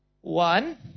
One